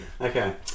okay